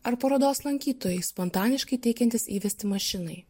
ar parodos lankytojai spontaniškai teikiantys įvesti mašinai